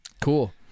Cool